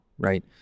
Right